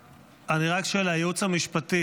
אני רק שואל, הייעוץ המשפטי,